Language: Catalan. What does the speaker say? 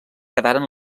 quedaren